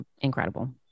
incredible